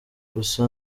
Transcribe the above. gusa